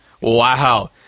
Wow